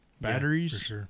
batteries